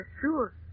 sure